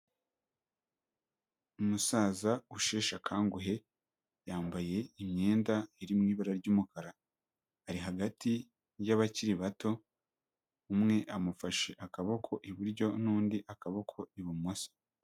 Umusaza usheshe akanguhe, yambaye imyenda iri mu ibara ry'umukara, ari hagati y'abakiri bato, umwe amufashe akaboko iburyo n'undi akaboko ibumoso.